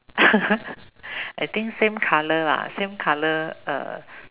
I think same color same color